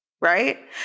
right